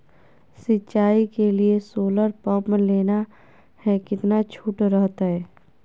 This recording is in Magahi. सिंचाई के लिए सोलर पंप लेना है कितना छुट रहतैय?